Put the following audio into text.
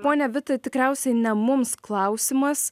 ponia vita tikriausiai ne mums klausimas